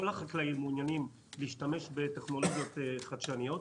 כל החקלאים מעוניינים להשתמש בטכנולוגיות חדשניות.